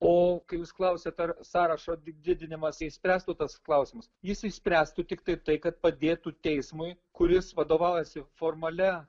o kai jūs klausiat ar sąrašo didinimas išspręstų tas klausimus jis išspręstų tiktai tai kad padėtų teismui kuris vadovaujasi formalia